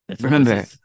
Remember